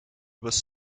was